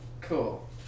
Cool